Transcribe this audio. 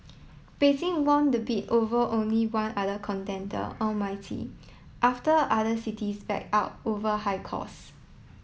Beijing won the bid over only one other contender Almaty after other cities backed out over high cause